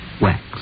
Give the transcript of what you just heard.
Wax